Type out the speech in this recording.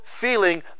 feeling